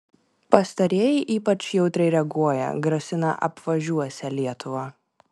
pastarieji ypač jautriai reaguoja grasina apvažiuosią lietuvą